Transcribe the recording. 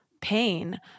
pain